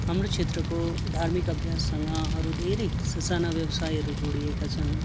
हाम्रो क्षेत्रको धार्मिक अभ्याससँग अरू धेरै ससाना व्यवसायहरू जोडिएका छन्